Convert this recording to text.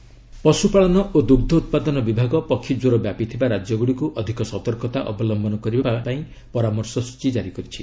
bird flu ପଶୁପାଳନ ଓ ଦୁଗ୍ଧ ଉତ୍ପାଦନ ବିଭାଗ ପକ୍ଷୀ ଜ୍ୱର ବ୍ୟାପୀଥିବା ରାଜ୍ୟଗୁଡ଼ିକୁ ଅଧିକ ସତର୍କତା ଅବଲମ୍ଭନ କରିବା ପାଇଁ ପରାମର୍ଶ ସ୍ୱଚୀ ଜାରି କରିଛି